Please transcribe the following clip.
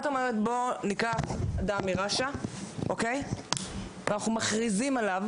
את אומרת שניקח אדם מרש"א ומכריזים עליו